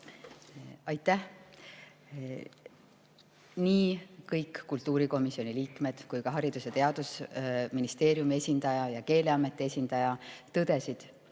Aitäh! Nii kõik kultuurikomisjoni liikmed kui ka Haridus‑ ja Teadusministeeriumi esindaja ja Keeleameti esindaja tõdesid,